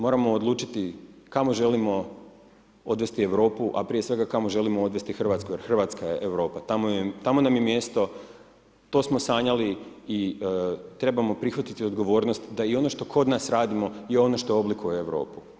Moramo odlučiti kamo želimo odvesti Europu a prije svega kamo želimo odvesti Hrvatsku jer Hrvatska je Europa, tamo nam je mjesto, to smo sanjali i trebamo prihvatiti odgovornost da i ono što kod nas radimo je ono što oblikuje Europu.